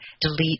delete